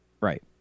Right